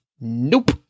nope